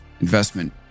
investment